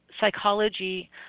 psychology